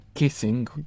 Kissing